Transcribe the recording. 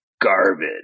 garbage